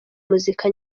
muzika